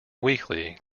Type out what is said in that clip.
weekly